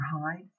hide